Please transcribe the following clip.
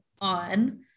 on